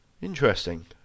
Interesting